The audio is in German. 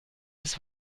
des